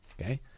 Okay